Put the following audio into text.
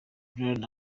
brian